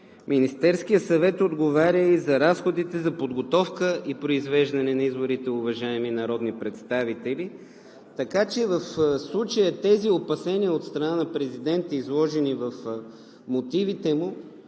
Министерският съвет отговаря и за разходите за подготовка и произвеждане на изборите, уважаеми народни представители. Така че в случая тези опасения от страна на президента, изложени в мотивите му,